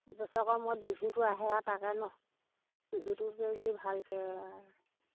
বছৰেকৰ মূৰত বিহুটো আহে আৰু তাকে নহ্ বিহুটোকে যদি ভালকৈ